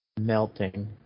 Melting